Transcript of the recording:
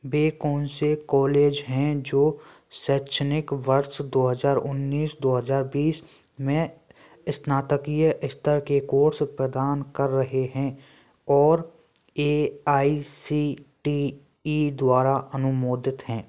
वे कौन से कॉलेज हैं जो सैक्षणिक वर्ष दो हज़ार उन्नीस दो हजार बीस में स्नातकीय स्तर के कोर्स प्रदान कर रहे हैं और A I C T E द्वारा अनुमोदित हैं